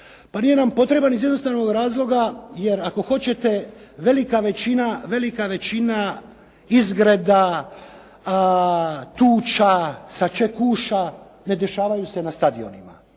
Pa nije nam potreban iz jednostavnoga razloga jer ako hoćete velika većina izgreda, tuča, sačekuša ne dešavaju se na stadionima.